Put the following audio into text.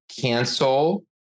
cancel